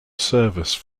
service